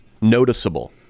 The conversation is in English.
noticeable